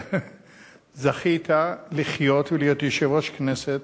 זכית לחיות ולהיות יושב-ראש כנסת